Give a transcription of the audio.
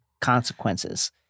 consequences